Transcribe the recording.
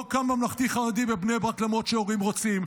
לא קם ממלכתי-חרדי בבני ברק למרות שהורים רוצים,